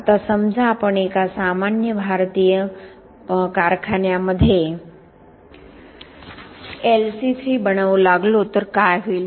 आता समजा आपण एका सामान्य भारतीय कारखान्या मध्ये LC3 बनवू लागलो तर काय होईल